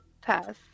Pass